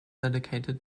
dedicated